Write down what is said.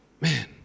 Man